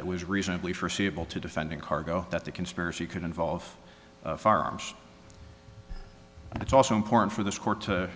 that was reasonably forseeable to defending cargo that the conspiracy could involve firearms and it's also important for this court to